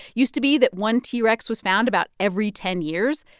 used to be that one t. rex was found about every ten years.